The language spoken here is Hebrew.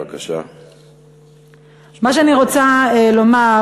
מה שאני רוצה לומר,